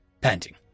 panting